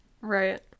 Right